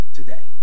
today